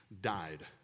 died